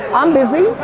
i'm busy,